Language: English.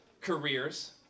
careers